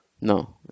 No